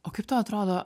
o kaip tau atrodo